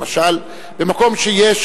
למשל, במקום שיש